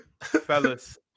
Fellas